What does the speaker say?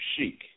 Chic